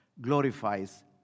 glorifies